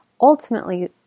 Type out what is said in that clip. Ultimately